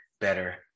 better